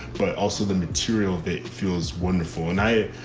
but also the material of it feels wonderful. and i.